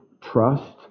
trust